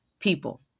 people